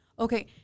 okay